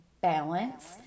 balance